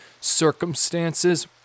circumstances